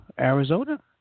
Arizona